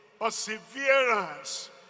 perseverance